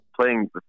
playing